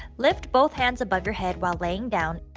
lift both hands above your head while la ying down.